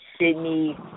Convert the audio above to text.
Sydney